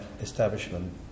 establishment